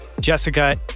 Jessica